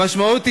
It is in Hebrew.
המשמעות היא,